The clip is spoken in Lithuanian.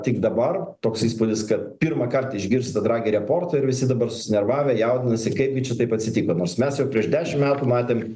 tik dabar toks įspūdis kad pirmąkart išgirsta dragi reportą ir visi dabar susinervavę jaudinasi kaipgi čia taip atsitiko nors mes jau prieš dešim metų matėm